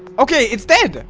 okay, it's bad